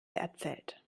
erzählt